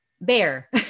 Bear